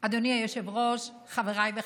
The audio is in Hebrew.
אדוני היושב-ראש, חבריי וחברותיי,